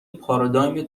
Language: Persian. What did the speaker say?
پارادایم